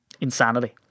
insanity